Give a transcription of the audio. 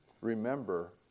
remember